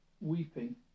weeping